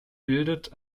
bildet